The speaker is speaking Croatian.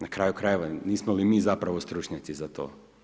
Na kraju krajeva, nismo li mi zapravo stručnjaci za to?